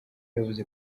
yavuze